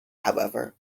however